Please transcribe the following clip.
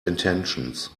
intentions